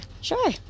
Sure